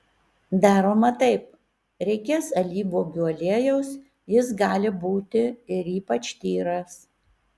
daroma taip reikės alyvuogių aliejaus jis gali būti ir ypač tyras